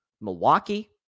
Milwaukee